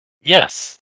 Yes